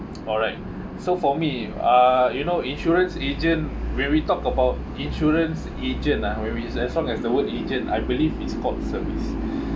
alright so for me uh you know insurance agent when we talked about insurance agent ah when we as long as the word agent I believe it's called service